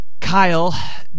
Kyle